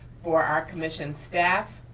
for our commission's staff,